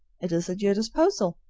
it is at your disposal.